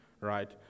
Right